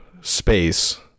space